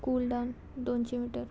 cool डावन दोनशें metre